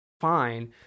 fine